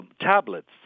tablets